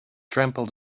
trample